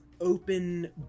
open